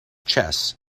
chess